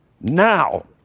now